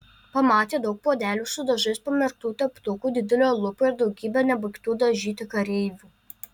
pamatė daug puodelių su dažais pamerktų teptukų didelę lupą ir daugybę nebaigtų dažyti kareivių